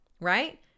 right